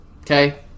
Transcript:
okay